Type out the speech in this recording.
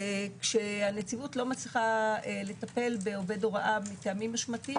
כשהנציבות לא מצליחה לטפל בעובד הוראה מטעמים משמעתיים,